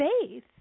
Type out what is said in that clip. Faith